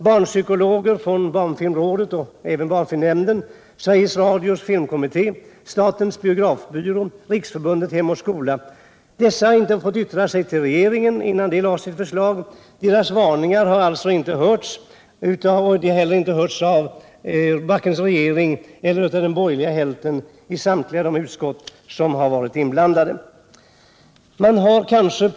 Barnpsykologer från barnfilmrådet och barnfilmnämnden, Sveriges Radios filmkommitté, statens biografbyrå och Riksförbundet Hem och skola har inte fått yttra sig till regeringen innan den lade sitt förslag. Varken regeringen eller den större delen av de borgerliga i de utskott som varit inblandade i den här frågan har alltså fått ta del av deras varningar.